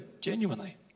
genuinely